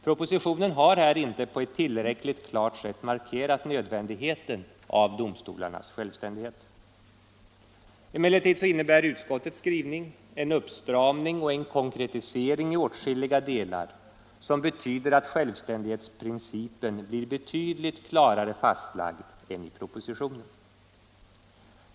Propositionen har här inte på ett tillfredsställande klart sätt markerat nödvändigheten av domstolarnas självständighet. Emellertid innebär utskottets skrivning en uppstramning och en konkretisering i åtskilliga delar som betyder att självständighetsprincipen blir betydligt klarare fastlagd än i propositionen.